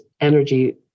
energy